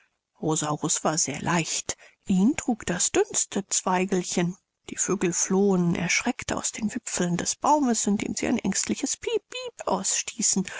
war sehr leicht ihn trug das dünnste zweigelchen die vögel flohen erschreckt aus den wipfeln des baums indem sie ein ängstliches piep piep ausstießen